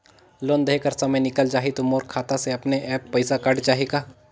Loan देहे कर समय निकल जाही तो मोर खाता से अपने एप्प पइसा कट जाही का?